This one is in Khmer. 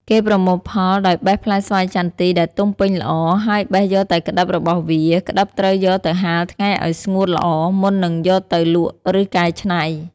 គេប្រមូលផលដោយ បេះផ្លែស្វាយចន្ទីដែលទុំពេញល្អ ហើយ បេះយកតែក្តិបរបស់វា ក្តិបត្រូវយកទៅហាលថ្ងៃឱ្យស្ងួតល្អ មុននឹងយកទៅលក់ឬកែច្នៃ។